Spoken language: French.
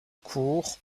cour